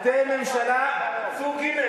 אתם ממשלה סוג ג'.